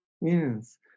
Yes